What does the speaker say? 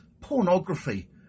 pornography